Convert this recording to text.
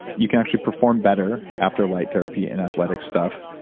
you can actually perform better after light therapy and athletic stuff.